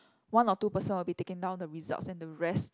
one or two person will be taking down the results and the rest